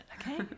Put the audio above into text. Okay